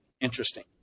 Interesting